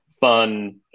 fun